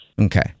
okay